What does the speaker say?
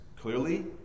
clearly